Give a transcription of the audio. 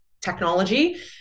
technology